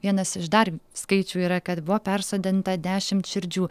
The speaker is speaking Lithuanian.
vienas iš dar skaičių yra kad buvo persodinta dešimt širdžių